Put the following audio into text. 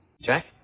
Jack